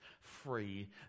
free